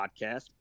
Podcast